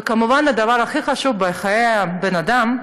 וכמובן, הדבר הכי חשוב בחיי בן-אדם,